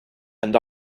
and